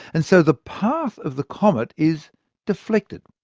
and so the path of the comet is deflected.